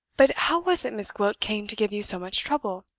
but how was it miss gwilt came to give you so much trouble?